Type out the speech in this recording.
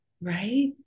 right